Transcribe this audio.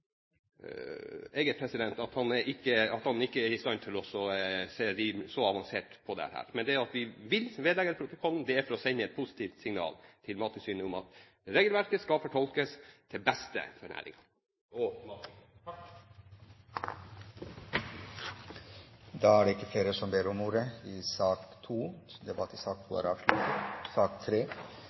at han ikke er i stand til å se så avansert på dette. Men grunnen til at vi vil vedlegge det protokollen, er at vi vil sende et positivt signal til Mattilsynet om at regelverket skal fortolkes til beste for næringen – og for matsikkerheten. Flere har ikke bedt om ordet til sak